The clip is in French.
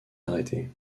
arrêté